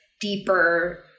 deeper